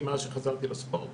מאז שחזרתי לספורט.